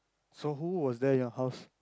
so who was there your house